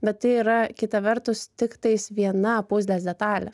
bet tai yra kita vertus tiktais viena puzlės detalė